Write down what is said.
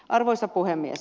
arvoisa puhemies